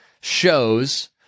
shows